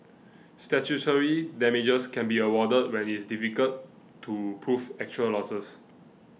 statutory damages can be awarded when it is difficult to prove actual losses